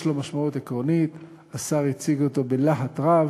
יש לו משמעות עקרונית, והשר הציג אותה בלהט רב,